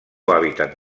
hàbitat